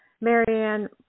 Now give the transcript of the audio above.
Marianne